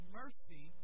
mercy